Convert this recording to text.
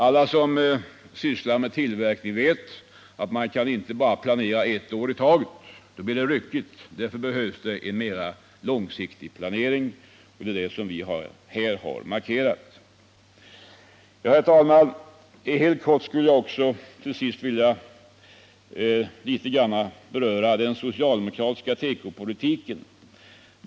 Alla som sysslar med tillverkning vet att man inte kan planera bara för ett år i taget. Det blir ryckigt. Därför behövs det mera långsiktig planering. Det är det som vi här har markerat. Herr talman! Till sist skulle jag helt kort också vilja beröra den socialdemokratiska tekopolitiken.